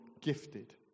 gifted